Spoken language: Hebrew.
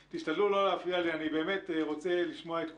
תשתדלו לא להפריע לי, אני רוצה לשמוע את כולם.